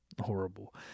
horrible